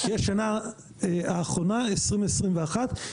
היא השנה האחרונה 2021,